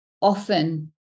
often